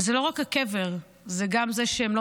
אבל זה לא רק הקבר זה גם זה שהם לא